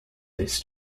this